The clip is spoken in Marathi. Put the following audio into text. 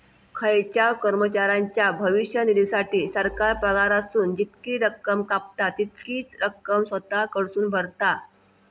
खायच्याव कर्मचाऱ्याच्या भविष्य निधीसाठी, सरकार पगारातसून जितकी रक्कम कापता, तितकीच रक्कम स्वतः कडसून भरता